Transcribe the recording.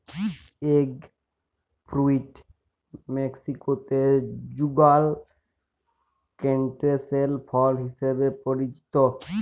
egg fruit মেক্সিকোতে যুগাল canistel ফল হিসেবে পরিচিত